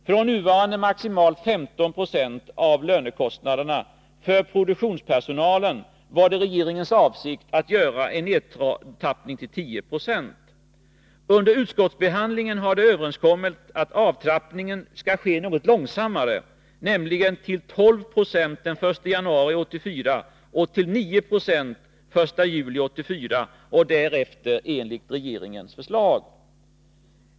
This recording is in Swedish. Från nuvarande maximalt 15 920 av lönekostnaderna för produktionspersonal var det regeringens avsikt att göra en nedtrappning till 10 20. Under utskottsbehandlingen har det överenskommits att avtrappningen skall ske något långsammare, nämligen till 12 20 den 1 januari 1984 samt till 9 90 från den 1 juli 1984, och därefter enligt regeringens förslag.